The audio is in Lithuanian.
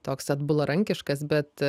toks atbularankiškas bet